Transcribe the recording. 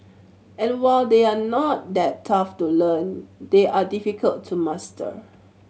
and while they are not that tough to learn they are difficult to master